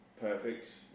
perfect